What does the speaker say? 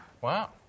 Wow